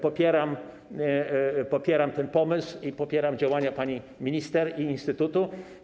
Popieram ten pomysł i popieram działania pani minister i instytutu.